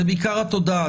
זו בעיקר התודעה,